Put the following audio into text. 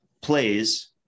plays